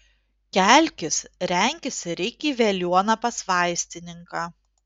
kelkis renkis ir eik į veliuoną pas vaistininką